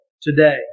today